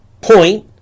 point